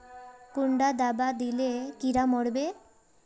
कुंडा दाबा दिले कीड़ा मोर बे?